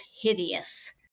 hideous